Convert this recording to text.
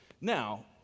Now